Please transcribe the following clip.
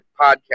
podcast